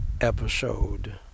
episode